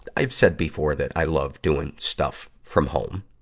i've said before that i love doing stuff from home,